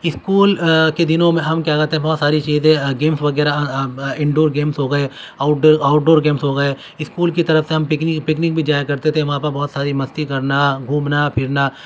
school کے دنوں میں ہم کیا کہتے ہیں بہت ساری چیزیں گیمس وغیرہ ان ڈور گیمس ہو گئے آؤٹ ڈور گیمس ہو گئے اسکول کی طرف سے ہم پکنک پکنک بھی جایا کرتے تھے وہاں پر بہت ساری مستی کرنا گھومنا پھرنا